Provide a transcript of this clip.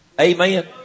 Amen